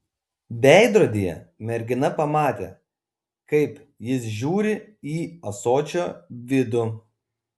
veidrodyje mergina pamatė kaip jis žiūri į ąsočio vidų